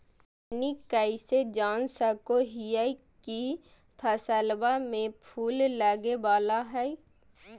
हमनी कइसे जान सको हीयइ की फसलबा में फूल लगे वाला हइ?